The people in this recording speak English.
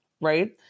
right